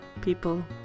people